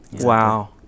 Wow